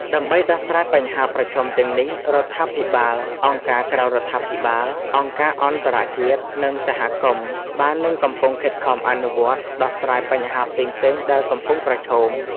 ដើម្បីដោះស្រាយបញ្ហាប្រឈមទាំងនេះ រដ្ឋាភិបាល អង្គការក្រៅរដ្ឋាភិបាល អង្គការអន្តរជាតិ និងសហគមន៍ បាននិងកំពុងខិតខំអនុវត្ត ដោះស្រាយបញ្ហាផ្សេងៗដែលកំពុងប្រឈម។